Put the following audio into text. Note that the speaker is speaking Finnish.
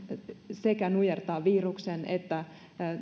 sekä nujertaa viruksen että